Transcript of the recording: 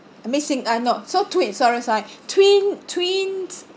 missing uh no so twin sorry sorry twin twins